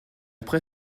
après